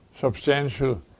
substantial